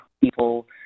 people